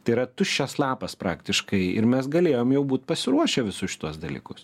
tai yra tuščias lapas praktiškai ir mes galėjom jau būt pasiruošę visus šituos dalykus